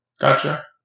Gotcha